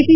T